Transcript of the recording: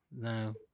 no